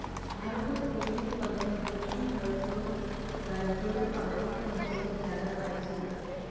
ভারতত কফি উৎপাদনে দক্ষিণ ভারতর রাইজ্যর পার্বত্য অঞ্চলত জাগা পাইছে